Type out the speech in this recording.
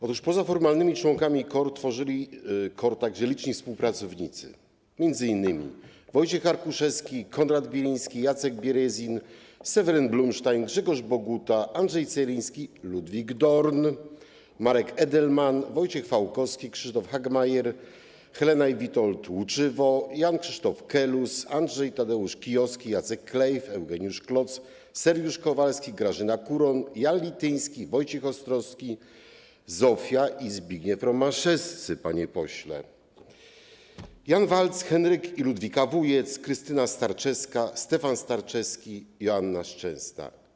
Otóż poza formalnymi członkami KOR tworzyli także liczni współpracownicy, m.in. Wojciech Arkuszewski, Konrad Biliński, Jacek Bierezin, Seweryn Blumsztajn, Grzegorz Boguta, Andrzej Celiński, Ludwik Dorn, Marek Edelman, Wojciech Fałkowski, Krzysztof Hagemejer, Helena i Witold Łuczywo, Jan Krzysztof Kelus, Andrzej Tadeusz Kijowski, Jacek Kleyff, Eugeniusz Kloc, Sergiusz Kowalski, Grażyna Kuroń, Jan Lityński, Wojciech Ostrowski, Zofia i Zbigniew Romaszewscy, panie pośle, Jan Walc, Henryk i Ludwika Wujec, Krystyna Starczewska, Stefan Starczewski, Joanna Szczęsna.